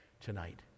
tonight